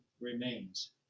remains